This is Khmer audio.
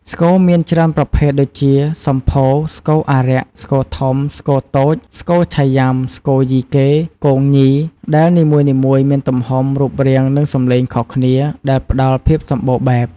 ស្គរមានច្រើនប្រភេទដូចជា សម្ភោរ ស្គរអារក្ស ស្គរធំ ស្គរតូច ស្គរឆៃយ៉ាំ ស្គរយីកេ គងញី ដែលនីមួយៗមានទំហំ រូបរាង និងសំឡេងខុសគ្នា ដែលផ្តល់ភាពសម្បូរបែប។